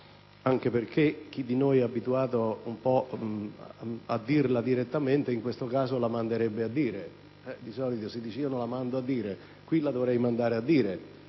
anche perché chi di noi è abituato a «dirla direttamente» in questo caso la manderebbe a dire. Di solito si dice «io non la mando a dire», mentre qui dovrei farlo perché